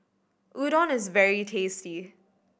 udon is very tasty